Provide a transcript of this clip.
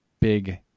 big